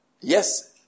Yes